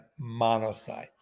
monocytes